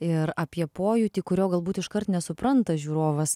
ir apie pojūtį kurio galbūt iškart nesupranta žiūrovas